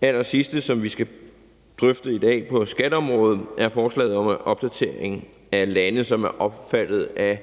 allersidste, som vi skal drøfte i dag på skatteområdet, er forslaget om en opdatering af lande, som er omfattet af